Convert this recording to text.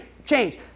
change